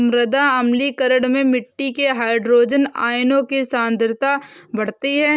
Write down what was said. मृदा अम्लीकरण में मिट्टी में हाइड्रोजन आयनों की सांद्रता बढ़ती है